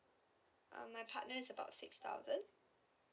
uh my partner is about six thousand